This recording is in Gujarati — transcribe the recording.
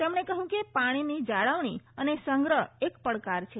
તેમણે કહ્યું કે પાણીની જાળવણી અને સંગ્રહ એક પડકાર છે